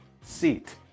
seat